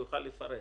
הוא יוכל לפרט,